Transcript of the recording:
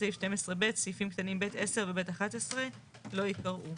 6. בסעיף 12 (ב') סעיפים קטנים ב' (10) ו-ב' (11) לא יקראו.